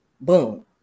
Boom